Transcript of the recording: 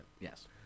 Yes